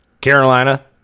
Carolina